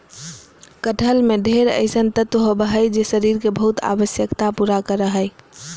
कटहल में ढेर अइसन तत्व होबा हइ जे शरीर के बहुत आवश्यकता पूरा करा हइ